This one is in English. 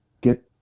get